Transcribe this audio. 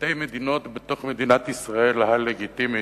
שתי מדינות בתוך מדינת ישראל הלגיטימית,